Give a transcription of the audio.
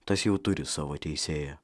tas jau turi savo teisėją